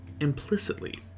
implicitly